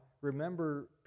remember